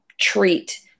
treat